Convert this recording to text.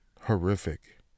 horrific